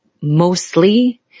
mostly